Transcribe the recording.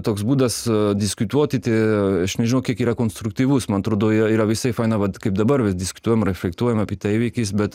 toks būdas diskutuoti tai aš nežinau kiek yra konstruktyvus man atrodo yra yra visai faina vat kaip dabar diskutuojam reflektuojam apie tą įvykis bet